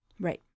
Right